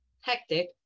Hectic